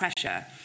pressure